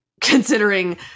considering